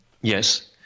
Yes